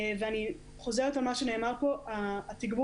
אני חוזרת על מה שנאמר כאן ואומרת שהתגבור